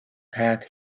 path